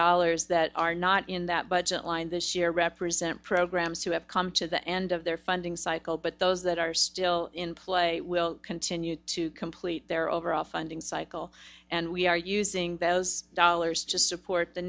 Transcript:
dollars that are not in that budget line this year represent programs who have come to the end of their funding cycle but those that are still in play will continue to complete their overall funding cycle and we are using those dollars to support the